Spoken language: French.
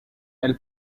elle